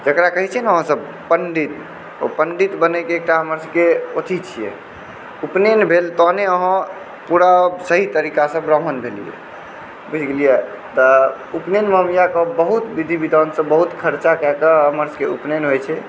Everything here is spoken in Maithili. जकरा कहैत छियै ने अहाँसभ पण्डित ओ पण्डित बनयके एकटा हमरसभके एकटा अथी छियै उपनयन भेल तहने अहाँ पूरा सही तरीकासँ ब्राह्मण भेलियै बूझि गेलियै तऽ उपनयनमे हम इएह कहब बहुत विधि विधानसँ बहुत खर्चा कए कऽ हमरसभके उपनयन होइत छै